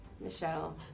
Michelle